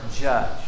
judge